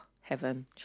Heaven